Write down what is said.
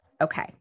Okay